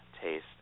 taste